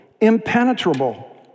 impenetrable